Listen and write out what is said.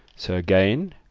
so again,